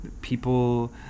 people